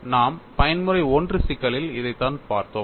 நாம் பயன்முறை I சிக்கலில் இதைத்தான் பார்த்தோம்